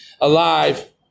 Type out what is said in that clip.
alive